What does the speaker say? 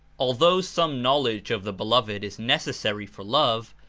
although some knowledge of the beloved is neces sary for love,